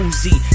Uzi